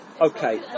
Okay